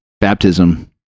baptism